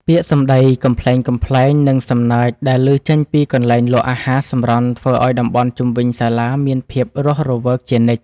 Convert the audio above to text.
ពាក្យសម្តីកំប្លែងៗនិងសំណើចដែលឮចេញពីកន្លែងលក់អាហារសម្រន់ធ្វើឱ្យតំបន់ជុំវិញសាលាមានភាពរស់រវើកជានិច្ច។